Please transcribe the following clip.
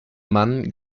mann